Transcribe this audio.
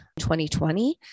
2020